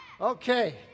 Okay